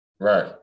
right